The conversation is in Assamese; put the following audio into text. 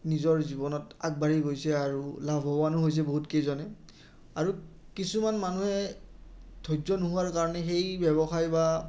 নিজৰ জীৱনত আগবাঢ়ি গৈছে আৰু লাভৱানো হৈছে বহুত কেইজনে আৰু কিছুমান মানুহে ধৈৰ্য নোহোৱাৰ কাৰণে সেই ব্যৱসায় বা